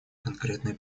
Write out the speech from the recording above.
конкретные